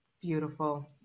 Beautiful